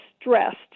stressed